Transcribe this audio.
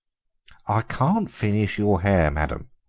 i can't finish your hair, madame,